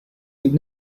you’d